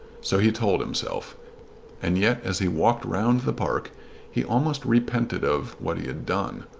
so he told himself and yet as he walked round the park he almost repented of what he had done.